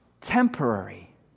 temporary